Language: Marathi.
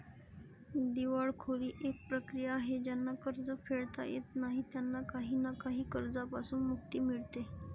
दिवाळखोरी एक प्रक्रिया आहे ज्यांना कर्ज फेडता येत नाही त्यांना काही ना काही कर्जांपासून मुक्ती मिडते